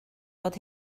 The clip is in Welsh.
fod